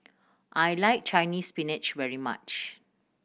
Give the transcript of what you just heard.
I like Chinese Spinach very much